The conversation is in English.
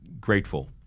grateful